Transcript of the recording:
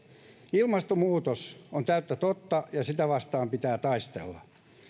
ilmastonmuutos on täyttä totta ja sitä vastaan pitää taistella